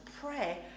pray